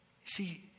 See